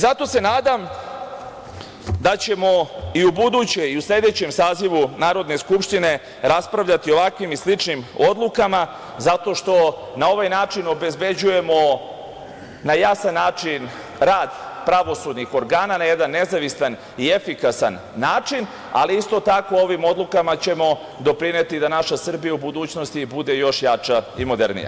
Zato se nadam da ćemo i u budućem i u sledećem sazivu Narodne skupštine raspravljati o ovakvim i sličnim odlukama zato što na ovaj način obezbeđujemo na jasan način rad pravosudnih organa na jedan nezavistan i efikasan način, ali isto tako ovim odlukama ćemo doprineti da naša Srbija u budućnosti bude još jača i modernija.